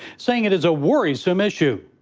saying it is a worrisome issue.